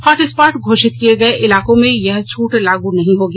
hot spot घोषित किए गए इलाकों में यह छूट लागू नहीं होगी